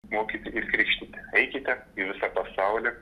mokyti ir krikštyti eikite į visą pasaulį